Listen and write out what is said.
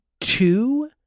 two